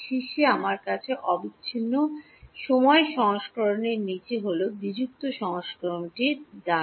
শীর্ষে আমার কাছে অবিচ্ছিন্ন সময় সংস্করণটির নীচে হল বিযুক্ত সংস্করণটি ডান